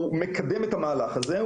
הוא מקדם את המהלך הזה,